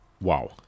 wow